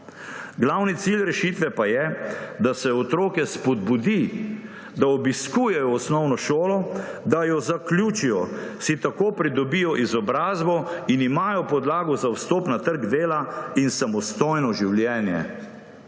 Glavni cilj rešitve pa je, da se otroke spodbudi, da obiskujejo osnovno šolo, da jo zaključijo, si tako pridobijo izobrazbo in imajo podlago za vstop na trg dela in samostojno življenje.